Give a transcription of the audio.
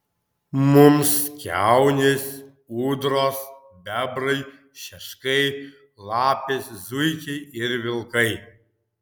mums kiaunės ūdros bebrai šeškai lapės zuikiai ir vilkai